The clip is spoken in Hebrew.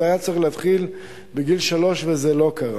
זה היה צריך להתחיל בגיל שלוש וזה לא קרה.